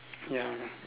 ya